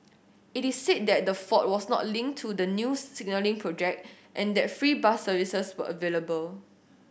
it is said that the fault was not linked to the new signalling project and that free bus services were available